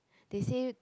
they say